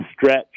stretch